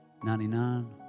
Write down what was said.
99